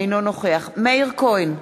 אינו נוכח מאיר כהן,